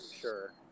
sure